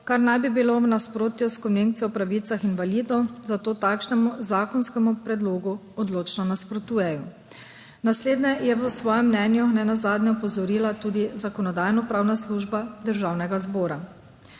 kar naj bi bilo v nasprotju s Konvencijo o pravicah invalidov, zato takšnemu zakonskemu predlogu odločno nasprotujejo. Na slednje je v svojem mnenju nenazadnje opozorila tudi Zakonodajno-pravna služba Državnega zbora.